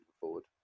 forward